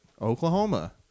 Oklahoma